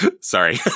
Sorry